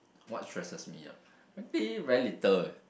what stresses me I think very little